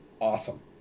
awesome